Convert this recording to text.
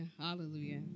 hallelujah